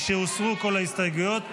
משהוסרו כל ההסתייגויות,